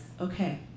okay